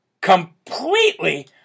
completely